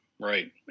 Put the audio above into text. Right